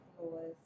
Laws